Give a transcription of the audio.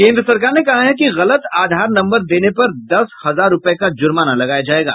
केंद्र सरकार ने कहा है कि गलत आधार नम्बर देने पर दस हजार रूपये का जुर्माना लगाया जायेगा